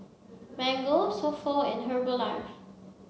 mango So Pho and Herbalife